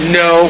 no